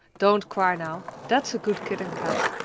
don't cry now, that's a good kit and kat.